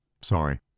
Sorry